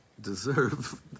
deserve